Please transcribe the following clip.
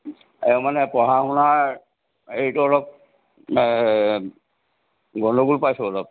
মানে পঢ়া শুনাৰ এইটো অলপ গণ্ডগোল পাইছোঁ অলপ